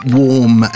warm